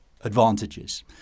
advantages